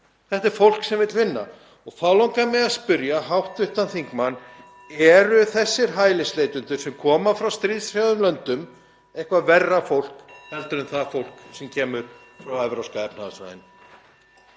Þetta er fólk sem vill vinna. Þá langar mig að spyrja hv. þingmann: Eru þessir hælisleitendur sem koma frá þessum stríðshrjáðu löndum eitthvað verra fólk en það fólk sem kemur frá Evrópska efnahagssvæðinu?